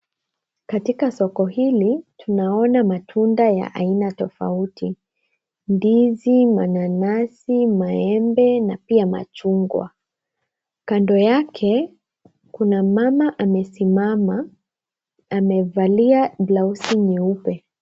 Katika soko hili tunaona matunda ya aina tofauti ndizi, mananasi, maembe na pia machungwa. Kando yake kuna mama amesimama amevalia blauzi nyeupe.